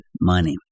money